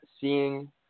seeing